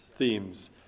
themes